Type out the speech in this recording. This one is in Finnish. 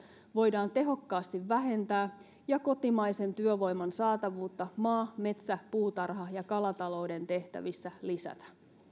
voidaan tehokkaasti vähentää ja kotimaisen työvoiman saatavuutta maa metsä puutarha ja kalatalouden tehtävissä lisätä